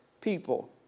people